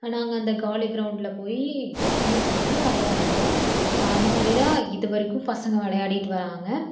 நாங்கள் அந்த காலி கிரௌண்டில் போய் யூஸ் பண்ணி விளையாடிப்போம் அந்த மாதிரிதான் இது வரைக்கும் பசங்கள் விளையாடிட்டு வர்றாங்க